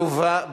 עלובה,